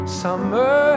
summer